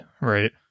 right